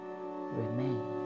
remain